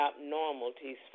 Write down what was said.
abnormalities